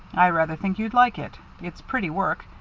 i rather think you'd like it. it's pretty work,